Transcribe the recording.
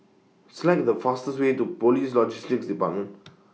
Select The fastest Way to Police Logistics department